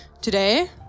Today